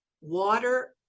Water